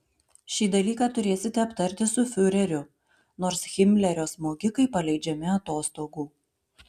šį dalyką turėsite aptarti su fiureriu nors himlerio smogikai paleidžiami atostogų